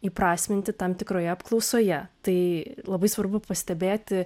įprasminti tam tikroje apklausoje tai labai svarbu pastebėti